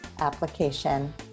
application